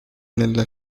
nella